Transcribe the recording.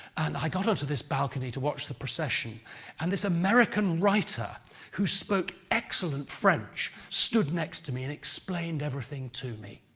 i got onto this balcony to watch the procession and this american writer who spoke excellent french stood next to me and explained everything to me.